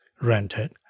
rented